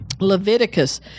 Leviticus